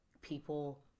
people